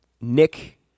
Nick